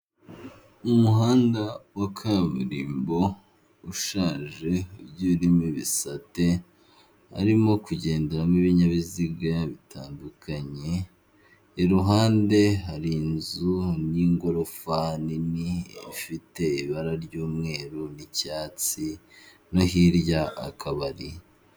Mu muhanda wa kaburimbo ushaje ugiye urimo ibisate, harimo kugenderamo ibinyabiziga bitandukanye, iruhande hari inzu n'igorofa nini ifite ibara ry'umweru n'icyatsi, no hirya akabari.